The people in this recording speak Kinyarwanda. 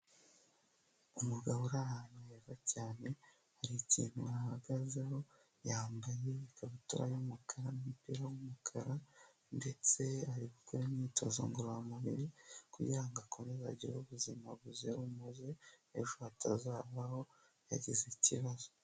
Umugabo uri ahantu aheza cyane, hari ikintu ahagazeho. Yambaye ikabutura y'umukara n'umupira w'umukara ndetse ari gukora imyitozo ngororamubiri kugira ngo akomeze agire ubuzima buzira umuze, ejo hatazavaho yagize ikibazo.